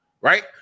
Right